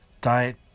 diet